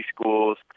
schools